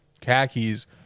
khakis